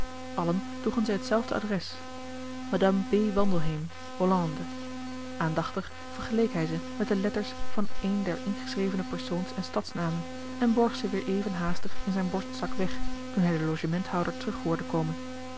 allen droegen zij hetzelfde adres madame b wandelheem hollande aandachtig vergeleek hij ze met de letters van een der ingeschreven persoons en stadsnamen en borg ze weer even haastig in zijn borstzak weg toen hij den logementhouder terug hoorde komen